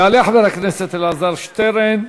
יעלה חבר הכנסת אלעזר שטרן,